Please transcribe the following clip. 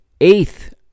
eighth